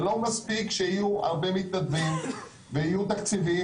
זה לא מספיק שיהיו הרבה מתנדבים ויהיו תקציבים.